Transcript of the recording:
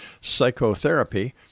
psychotherapy